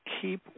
keep